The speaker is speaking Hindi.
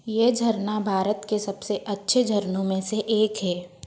यह झरना भारत के सबसे अच्छे झरनों में से एक है